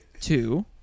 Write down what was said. Two